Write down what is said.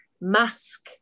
mask